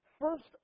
first